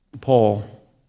Paul